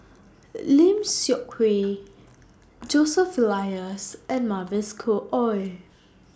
Lim Seok Hui Joseph Elias and Mavis Khoo Oei